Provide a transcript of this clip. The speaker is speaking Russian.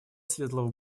светлого